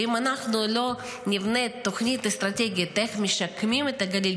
ואם אנחנו לא נבנה תוכנית אסטרטגית איך משקמים את הגליל,